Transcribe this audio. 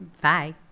Bye